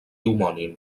homònim